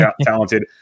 talented